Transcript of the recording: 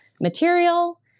material